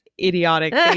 idiotic